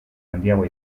handiagoa